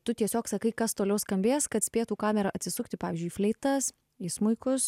tu tiesiog sakai kas toliau skambės kad spėtų kamera atsisukti pavyzdžiui į fleitas į smuikus